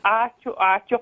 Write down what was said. ačiū ačiū